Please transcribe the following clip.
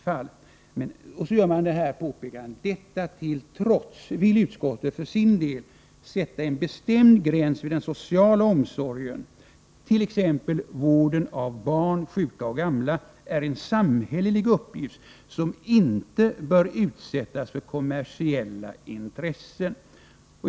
Men så fortsätter man med följande påpekande: ”Detta till trots vill utskottet för sin del sätta en bestämd gräns vid den sociala omsorgen. T. ex. vården av barn, sjuka och gamla är en samhällelig uppgift som inte bör utsättas för kommersiella intressen.